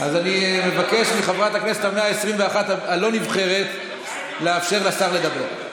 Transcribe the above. אז אני מבקש מחברת הכנסת ה-121 הלא-נבחרת לאפשר לשר לדבר.